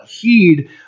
heed